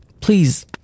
please